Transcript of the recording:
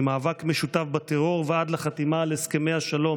ממאבק משותף בטרור ועד לחתימה על הסכמי השלום